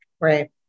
Right